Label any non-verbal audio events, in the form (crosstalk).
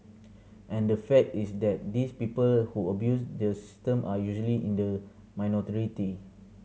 (noise) and the fact is that these people who abuse the system are usually in the minority